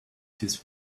his